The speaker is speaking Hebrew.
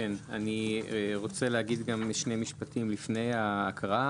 כן, אני רוצה להגיד גם כמה משפטים לפני ההקראה.